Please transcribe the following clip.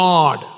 God